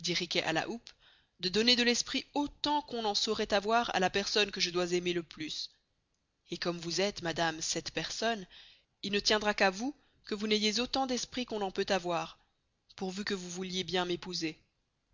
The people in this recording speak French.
la houppe de donner de l'esprit autant qu'on en sçauroit avoir à la personne que je dois aimer le plus et comme vous estes madame cette personne il ne tiendra qu'à vous que vous n'ayez autant d'esprit qu'on en peut avoir pourvû que vous vouliez bien m'épouser